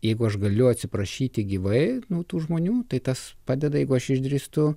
jeigu aš galiu atsiprašyti gyvai nu tų žmonių tai tas padeda jeigu aš išdrįstu